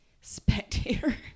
spectator